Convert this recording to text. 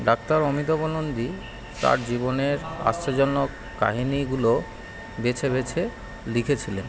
doctor Amitabh Nandi তার জীবনের আশ্চর্যজনক কাহিনীগুলো বেছে বেছে লিখেছিলেন